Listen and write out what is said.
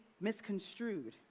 misconstrued